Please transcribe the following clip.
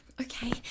Okay